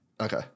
Okay